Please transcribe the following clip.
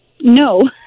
No